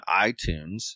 iTunes